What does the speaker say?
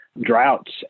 droughts